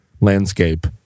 landscape